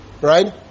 right